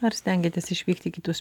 ar stengiatės išvykt į kitus